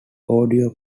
audio